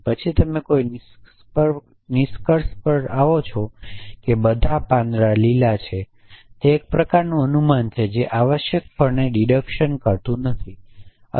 અને પછી તમે કોઈ નિષ્કર્ષ પર આવો છો કે બધા પાંદડા લીલા છે તે એક પ્રકારનું અનુમાન છે જે આવશ્યકપણે કપાત કરતું નથી